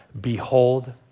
behold